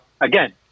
again